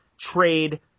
trade